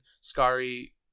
Scary